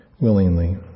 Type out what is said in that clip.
willingly